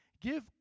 give